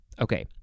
okay